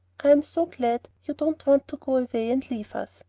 i am so glad you don't want to go away and leave us,